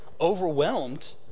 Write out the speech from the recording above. overwhelmed